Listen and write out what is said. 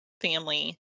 family